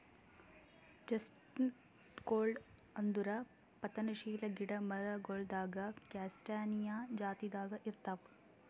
ಚೆಸ್ಟ್ನಟ್ಗೊಳ್ ಅಂದುರ್ ಪತನಶೀಲ ಗಿಡ ಮರಗೊಳ್ದಾಗ್ ಕ್ಯಾಸ್ಟಾನಿಯಾ ಜಾತಿದಾಗ್ ಇರ್ತಾವ್